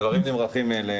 הדברים "נמרחים" מאליהם.